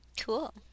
Cool